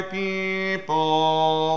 people